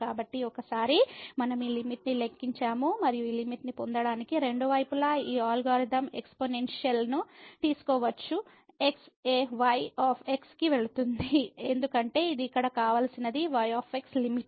కాబట్టి ఒకసారి మనం ఈ లిమిట్ ని లెక్కించాము మరియు ఈ లిమిట్ ని పొందడానికి రెండు వైపులా ఈ అల్గోరిథం ఎక్స్పోనెన్షియల్ ను తీసుకోవచ్చు x a y కి వెళుతుంది ఎందుకంటే ఇది ఇక్కడ కావలసినది y లిమిట్